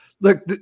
Look